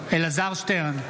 שטרן,